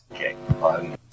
Okay